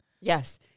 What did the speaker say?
Yes